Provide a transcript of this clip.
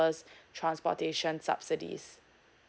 transportation subsidies